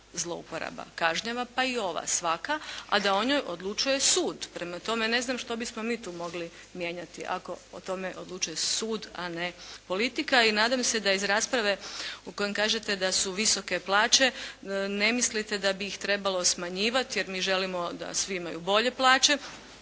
zlouporaba kažnjava pa i ova svaka, a da o njoj odlučuje sud. Prema tome ne znam što bismo mi tu mogli mijenjati ako o tome odlučuje sud a ne politika. I nadam se da je iz rasprave u kojoj kažete da su visoke plaće, ne mislite da bi ih trebalo smanjivati jer mi želimo da svi imaju bolje plaće,